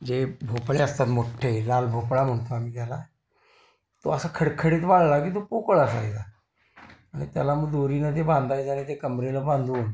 जे भोपळे असतात मोठ्ठे लाल भोपळा म्हणतो आम्ही त्याला तो असा खडखडीत वाळला की तो पोकळ असायचा आणि त्याला मग दोरीनं ते बांधायचा आणि ते कमरेला बांधून